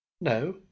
No